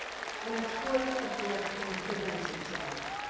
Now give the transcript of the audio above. when a choice of direction presents itself,